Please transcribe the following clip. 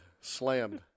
slammed